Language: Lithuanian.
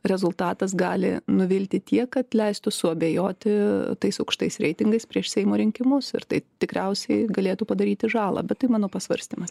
rezultatas gali nuvilti tiek kad leistų suabejoti tais aukštais reitingais prieš seimo rinkimus ir tai tikriausiai galėtų padaryti žalą bet tai mano pasvarstymas